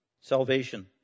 Salvation